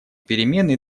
перемены